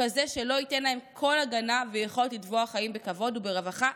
כזה שלא ייתן להם כל הגנה ויכולת לתבוע חיים בכבוד וברווחה.